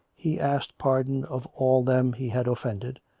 he asked pardon of all them he had offended,